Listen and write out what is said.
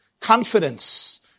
Confidence